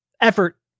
effort